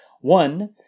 one